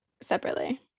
Separately